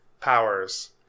powers